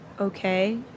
Okay